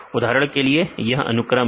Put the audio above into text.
उदाहरण के लिए यह अनुक्रम है